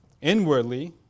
inwardly